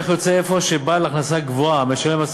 כך יוצא אפוא שבעל הכנסה גבוהה המשלם מס